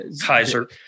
Kaiser